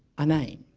a name